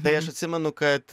tai aš atsimenu kad